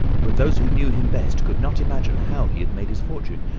but those who knew him best could not imagine how he had made his fortune,